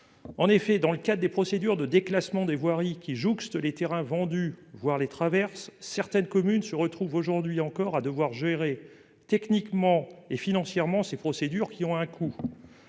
En effet, dans le cadre des procédures de déclassement des voiries qui jouxtent les terrains vendus, voire les traversent, certaines communes se retrouvent toujours à devoir gérer techniquement et financièrement ces procédures qui ont un coût.